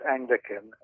Anglican